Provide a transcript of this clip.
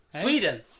Sweden